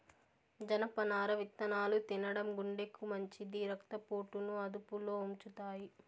జనపనార విత్తనాలు తినడం గుండెకు మంచిది, రక్త పోటును అదుపులో ఉంచుతాయి